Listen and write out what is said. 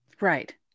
Right